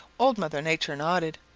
old mother nature nodded.